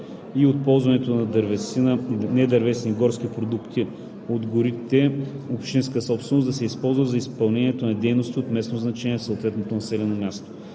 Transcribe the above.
и от ползването на дървесина и недървесни горски продукти от горите, общинска собственост, да се използват за изпълнение на дейности от местно значение в съответното населено място.